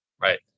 Right